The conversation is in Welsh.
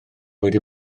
wedi